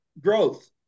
growth